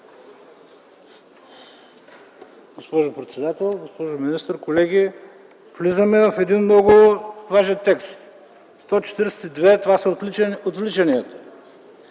Госпожо председател, господин министър, колеги! Влизаме в един много важен текст – чл. 142. Това са отвличанията.